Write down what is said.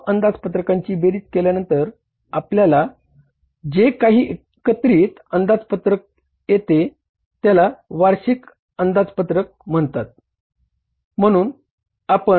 आणि त्यासर्व उप अंदापत्रकांची बेरीज केल्यानंतर आपल्याला जो एकत्रित अंदापत्रक येतो त्याला वार्षिक अंदापत्रक म्हणतात